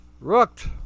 rooked